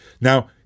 Now